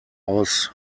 aus